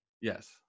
Yes